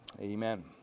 Amen